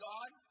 God